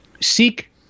seek